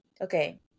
Okay